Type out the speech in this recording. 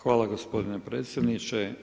Hvala gospodine predsjedniče.